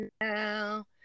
now